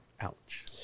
Ouch